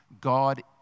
God